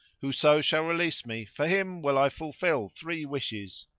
whoso shall release me, for him will i fulfil three wishes.